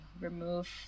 remove